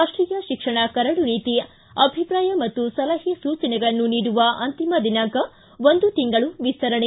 ರಾಷ್ಟೀಯ ಶಿಕ್ಷಣ ಕರಡು ನೀತಿ ಅಭಿಪ್ರಾಯ ಮತ್ತು ಸಲಹೆ ಸೂಚನೆಗಳನ್ನು ನೀಡವ ಅಂತಿಮ ದಿನಾಂಕ ಒಂದು ತಿಂಗಳು ವಿಸ್ತರಣೆ